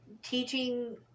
Teaching